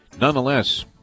nonetheless